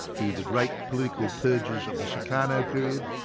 to the great political purges of the sukarno period,